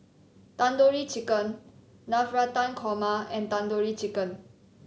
Tandoori Chicken Navratan Korma and Tandoori Chicken